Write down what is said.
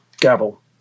gavel